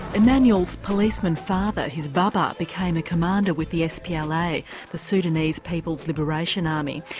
emanuel's policeman father, his baba, became a commander with the spla the sudanese people's liberation army.